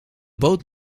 boot